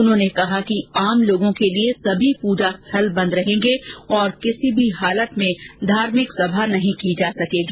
उन्होंने कहा कि आम लोगों के लिए सभी पूजा स्थल बंद रहेंगे और किसी भी हालत में धार्मिक सभा नहीं की जा सकेगी